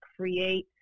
create